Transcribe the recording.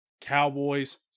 Cowboys